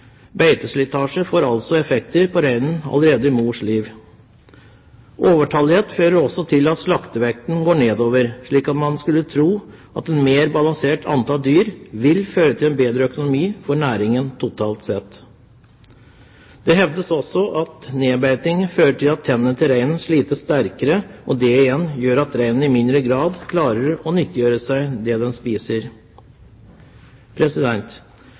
Beiteslitasje får altså effekt på reinen allerede i mors liv. Overtallighet fører også til at slaktevekten går nedover, slik at man skulle tro at et mer balansert antall dyr vil føre til en bedre økonomi for næringen totalt sett. Det hevdes også at nedbeiting fører til at tennene til reinen slites mer, og det igjen gjør at reinen i mindre grad klarer å nyttiggjøre seg det den spiser.